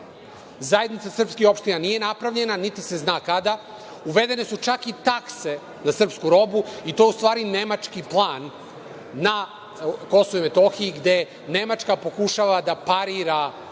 stvar. Zajednica srpskih opština nije napravljena, niti se zna kada će. Uvedene su čak i takse za srpsku robu i to je u stvari nemački plan na Kosovu i Metohiji, gde Nemačka pokušava da parira